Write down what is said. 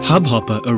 Hubhopper